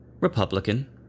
Republican